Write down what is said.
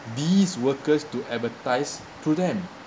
these workers to advertise to them